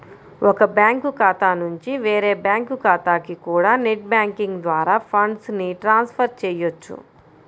ఒక బ్యాంకు ఖాతా నుంచి వేరే బ్యాంకు ఖాతాకి కూడా నెట్ బ్యాంకింగ్ ద్వారా ఫండ్స్ ని ట్రాన్స్ ఫర్ చెయ్యొచ్చు